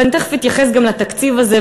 ואני תכף אתייחס גם לתקציב הזה.